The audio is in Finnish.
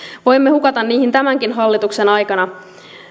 voimme hukata niihin tämänkin hallituksen aikana